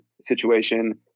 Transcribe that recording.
situation